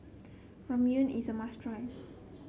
ramyeon is a must try